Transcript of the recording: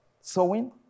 sewing